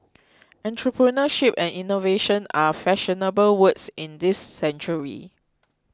entrepreneurship and innovation are fashionable words in this century